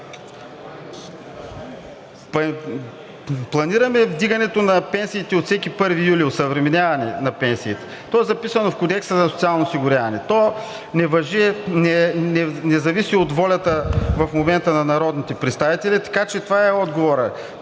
Планираме вдигането на пенсиите от всеки 1 юли – осъвременяване на пенсиите. Записано е в Кодекса за социално осигуряване, не зависи от волята на народните представители, така че това е отговорът.